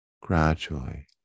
gradually